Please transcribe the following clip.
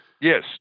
Yes